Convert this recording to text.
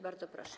Bardzo proszę.